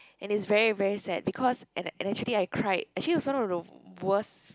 and it's very very sad because and and actually I cried actually it's one of the worse